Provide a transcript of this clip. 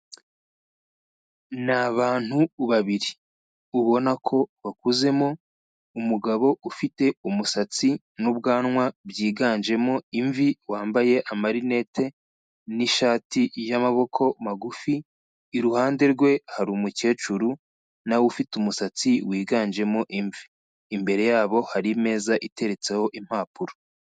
Ni abantu babiri ubona ko bakuzemo, umugabo ufite umusatsi n'ubwanwa byiganjemo imvi, wambaye amarinete n'ishati y'amaboko magufi, iruhande rwe hari umukecuru na we ufite umusatsi wiganjemo imvi, imbere yabo hari imeza iteretseho impapuro.